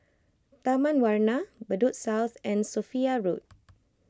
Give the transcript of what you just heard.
Taman Warna Bedok South and Sophia Road